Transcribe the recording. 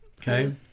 Okay